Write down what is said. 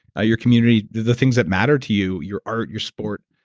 ah your community the things that matter to you, your art, your sport.